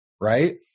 right